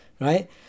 right